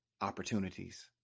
opportunities